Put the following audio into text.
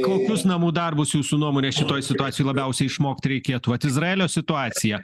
kokius namų darbus jūsų nuomone šitoj situacijoj labiausiai išmokt reikėtų vat izraelio situacija